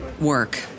work